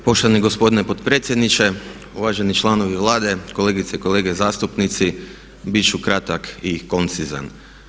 Poštovani gospodine potpredsjedniče, uvaženi članovi Vlade, kolegice i kolege zastupnici, biti ću kratak i koncizan.